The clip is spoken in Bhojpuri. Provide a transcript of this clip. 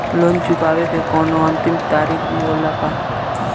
लोन चुकवले के कौनो अंतिम तारीख भी होला का?